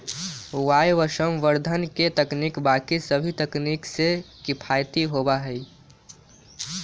वायवसंवर्धन के तकनीक बाकि सभी तकनीक से किफ़ायती होबा हई